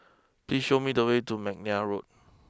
please show me the way to McNair Road